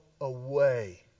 away